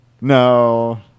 No